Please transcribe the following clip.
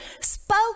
spoke